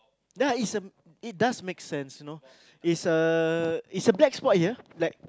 ya it's a it does make sense you know it's a it's a black spot here like